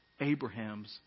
Abraham's